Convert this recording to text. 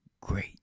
Great